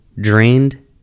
drained